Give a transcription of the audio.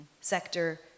sector